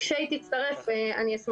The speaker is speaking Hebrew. שאולי תוכל להצטרף אלינו.